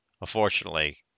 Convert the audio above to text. Unfortunately